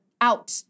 out